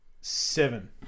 Seven